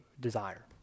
desire